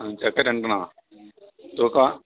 ആ ചക്ക രണ്ടെണ്ണമാണ് തൂക്കമാണോ